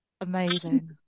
Amazing